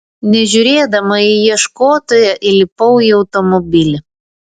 nežiūrėdama į ieškotoją įlipau į automobilį